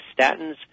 statins